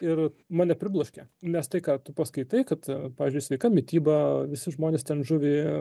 ir mane pribloškė nes tai ką tu paskaitai kad pavyzdžiui sveika mityba visi žmonės ten žuvį